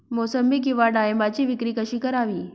मोसंबी किंवा डाळिंबाची विक्री कशी करावी?